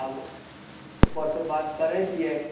आब उपरसे बात करै छिए